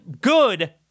good